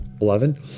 eleven